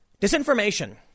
disinformation